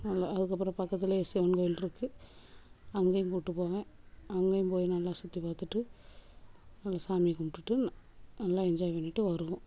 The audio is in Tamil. அதுக்கப்புறம் பக்கத்திலயே சிவன் கோயில் இருக்குது அங்கேயும் கூடிட்டு போவேன் அங்கேயும் போய் நல்லா சுற்றி பார்த்துட்டு நல்லா சாமியை கும்பிடுட்டு நல்லா என்ஜாய் பண்ணிட்டு வருவோம்